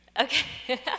Okay